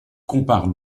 compare